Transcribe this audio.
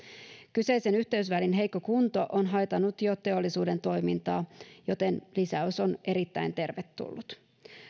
kyseisen yhteysvälin heikko kunto on haitannut jo teollisuuden toimintaa joten lisäys on erittäin tervetullut